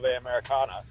americana